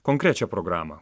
konkrečią programą